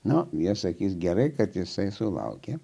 na jie sakys gerai kad jisai sulaukė